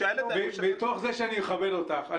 מתוך זה שאני מכבד אותך,